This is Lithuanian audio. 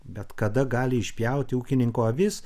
bet kada gali išpjauti ūkininko avis